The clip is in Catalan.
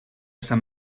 sant